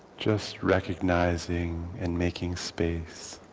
just recognizing in making space.